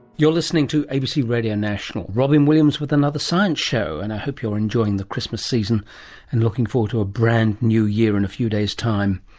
you're listening to abc radio national. robyn williams with another science show and i hope you're enjoying the christmas season and looking forward to a brand new year in a few days' time.